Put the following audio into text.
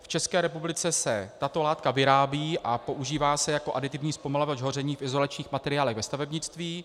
V České republice se tato látka vyrábí a používá se jako aditivní zpomalovač hoření v izolačních materiálech ve stavebnictví.